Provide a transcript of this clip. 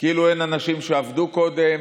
כאילו אין אנשים שעבדו קודם,